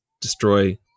destroy